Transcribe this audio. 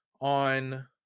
on